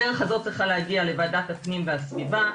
הדרך הזאת צריכה להגיע לוועדת הפנים והסביבה.